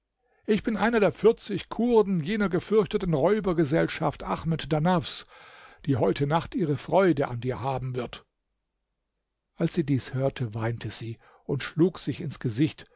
ich bin einer der vierzig kurden jener gefürchteten räubergesellschaft ahmed danafs die heute nacht ihre freude an dir haben wird als sie dies hörte weinte sie und schlug sich ins gesicht